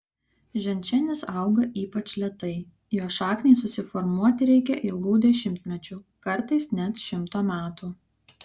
ženšenis auga ypač lėtai jo šakniai susiformuoti reikia ilgų dešimtmečių kartais net šimto metų